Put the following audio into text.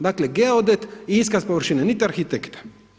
Dakle, geodet i iskaz površine, nit arhitekta.